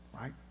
right